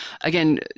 again